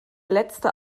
letzte